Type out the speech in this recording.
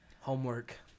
Homework